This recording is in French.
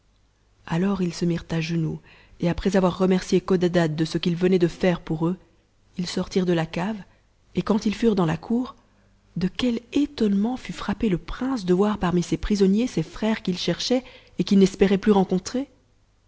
alors ils se mirent à genoux et après avoir remercié codadad de ce qu'il venait de faire pour eux ils sortirent de la cave et quand ils furent dans la cour de quel étonnement fut frappé le prince de voir parmi ce prisonniers ses frères qu'il cherchait et qu'it n'espérait plus rencontrer